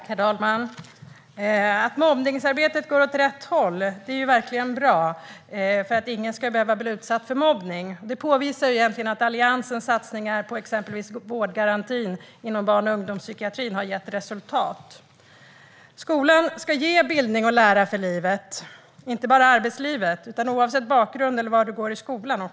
Herr talman! Att arbetet mot mobbning går åt rätt håll är verkligen bra. Ingen ska ju behöva bli utsatt för mobbning. Det visar egentligen att Alliansens satsningar på exempelvis vårdgarantin inom barn och ungdomspsykiatrin har gett resultat. Skolan ska ge bildning och lära för livet, inte bara arbetslivet, oavsett bakgrund eller var du går i skolan.